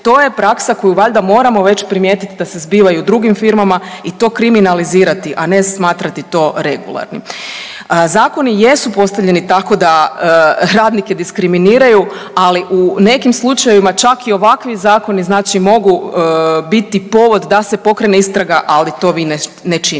to je praksa koju valjda moramo već primijetiti da se zbiva i u drugim firmama i to kriminalizirati, a ne smatrati to regularnim. Zakoni jesu postavljeni tako da radnike diskriminiraju, ali u nekim slučajevima, čak i ovakvi zakoni znači mogu biti povod da se pokrene istraga, ali to vi ne činite.